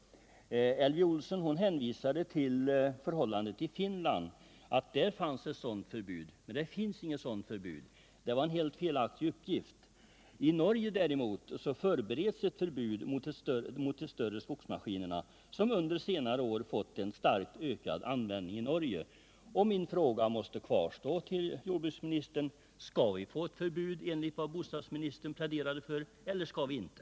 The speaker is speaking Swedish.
Elvy Olsson hänvisade till förhållandena i Finland och sade att där fanns ett sådant förbud. Men det finns inget sådant förbud i Finland — det är en helt felaktig uppgift. I Norge däremot förbereds ett förbud mot de större skogsmaskinerna, som under senare år fått en starkt ökad användning i Norge. Min fråga till jordbruksministern måste kvarstå: Skall vi få ett förbud i enlighet med vad bostadsministern pläderade för eller inte?